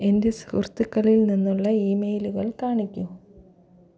എന്റെ സുഹൃത്തുക്കളിൽ നിന്നുള്ള ഈമെയിലുകൾ കാണിക്കൂ